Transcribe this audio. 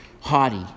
Haughty